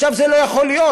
עכשיו, זה לא יכול להיות.